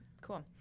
Cool